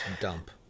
dump